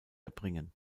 erbringen